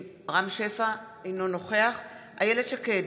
אינו נוכח יזהר שי,